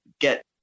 get